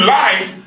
life